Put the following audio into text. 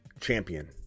champion